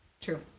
True